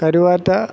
Karuvatta